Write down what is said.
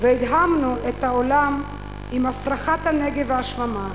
והדהמנו את העולם עם הפרחת הנגב והשממה,